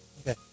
Okay